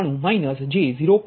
0093 j0